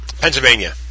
Pennsylvania